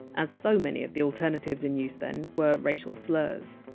as so many of the alternatives in use then were racial slurs.